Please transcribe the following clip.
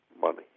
money